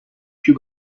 più